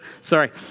Sorry